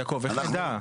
יעקב, איך נדע?